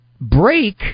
break